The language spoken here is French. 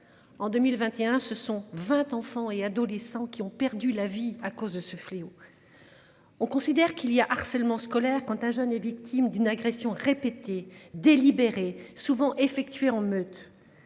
En 2021, ce sont 20 enfants et adolescents qui ont perdu la vie à cause de ce fléau. On considère qu'il y a harcèlement scolaire quand un jeune est victime d'une agression répétée délibérée souvent effectués en meute.